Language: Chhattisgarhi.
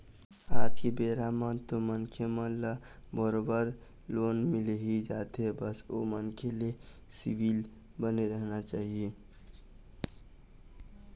आज के बेरा म तो मनखे मन ल बरोबर लोन मिलही जाथे बस ओ मनखे के सिविल बने रहना चाही